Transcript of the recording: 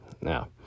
Now